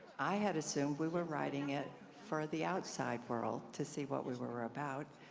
i had assumed we were writing it for the outside world to see what we were were about.